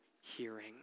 hearing